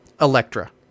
Electra